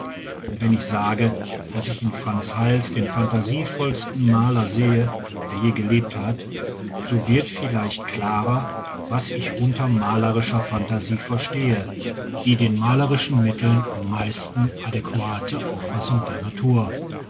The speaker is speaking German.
und wenn ich sage daß ich in franz hals den phantasievollsten maler sehe der je gelebt hat so wird vielleicht klarer was ich unter malerischer phantasie verstehe die den malerischen mitteln am meisten adäquate auffassung der natur